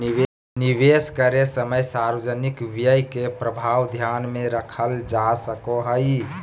निवेश करे समय सार्वजनिक व्यय के प्रभाव ध्यान में रखल जा सको हइ